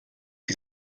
hyd